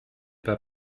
pas